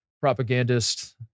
propagandist